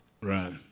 Right